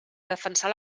defensar